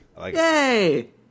yay